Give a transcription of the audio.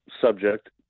subject